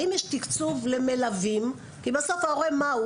האם יש תקצוב למלווים, כי בסוף ההורה מהו?